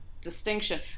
distinction